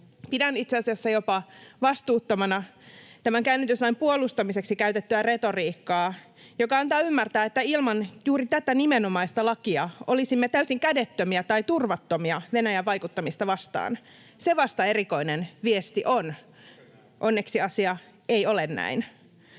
Pidän itse asiassa jopa vastuuttomana tämän käännytyslain puolustamiseksi käytettyä retoriikkaa, joka antaa ymmärtää, että ilman juuri tätä nimenomaista lakia olisimme täysin kädettömiä tai turvattomia Venäjän vaikuttamista vastaan. Se vasta erikoinen viesti on. [Atte Harjanne: Juuri näin!]